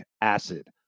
acid